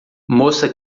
moça